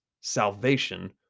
salvation